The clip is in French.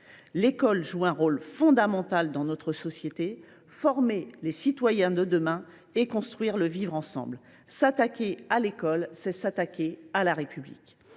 L’école joue un rôle fondamental dans notre société : former les citoyens de demain et construire le vivre ensemble. S’attaquer à l’école, c’est s’attaquer à la République.